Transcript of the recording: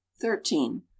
thirteen